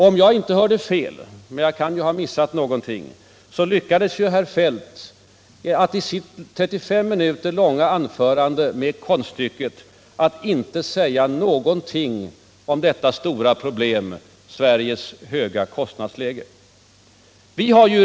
Om jag inte har fel — jag kan ju ha missat någonting — lyckades herr Feldt med konststycket att inte säga någonting om detta stora problem, Sveriges höga kostnadsläge, i sitt 35 minuter långa anförande.